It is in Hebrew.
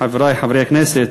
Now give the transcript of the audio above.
חברי חברי הכנסת,